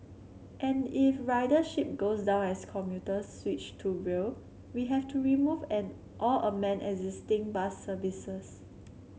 and if ridership goes down as commuters switch to rail we have to remove and or amend existing bus services